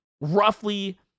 roughly